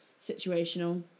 situational